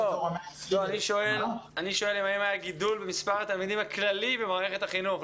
אני שואל האם היה גידול במספר התלמידים הכללי במערכת החינוך,